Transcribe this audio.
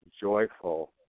joyful